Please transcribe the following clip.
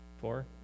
four